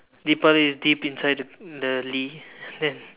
Deepali is deep inside the the li